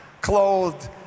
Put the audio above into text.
clothed